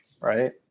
right